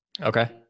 Okay